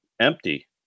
empty